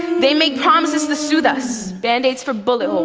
they make promises to soothe us, band-aid for bullet holes.